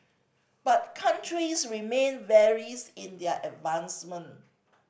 but countries remain varies in their advancement